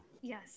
Yes